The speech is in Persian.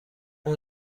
اون